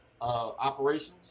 operations